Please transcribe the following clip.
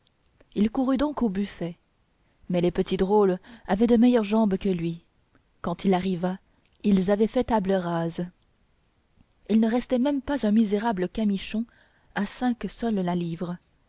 il courut donc au buffet mais les petits drôles avaient de meilleures jambes que lui quand il arriva ils avaient fait table rase il ne restait même pas un misérable camichon à cinq sols la livre